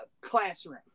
classroom